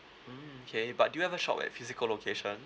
mm K but do you ever shop at physical location